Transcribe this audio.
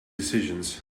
decisions